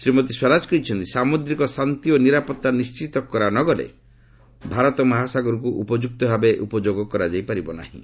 ଶ୍ରୀମତୀ ସ୍ୱରାଜ କହିଛନ୍ତି ସାମୁଦ୍ରିକ ଶାନ୍ତି ଓ ନିରାପତ୍ତା ନିଶ୍ଚିତ କରାନଗଲେ ଭାରତ ମହାସାଗରକୁ ଉପଯୁକ୍ତ ଭାବେ ଉପଯୋଗ କରାଯାଇ ପାରିବ ନାହିଁ